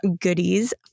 goodies